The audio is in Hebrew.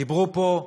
דיברו פה,